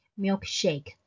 Milkshake